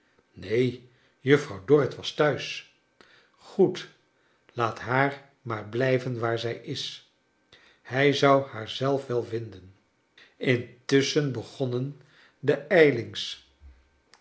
juffrouw dorrit was thuis goed laat liaar maar blijven waar zij is hij zou haar zelf wel vinden intusschen begonnen de